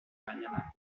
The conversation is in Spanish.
mañana